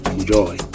Enjoy